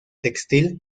textil